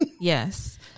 Yes